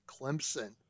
Clemson